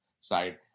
side